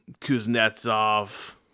Kuznetsov